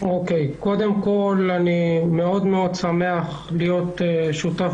קודם כול, אני מאוד מאוד שמח להיות שותף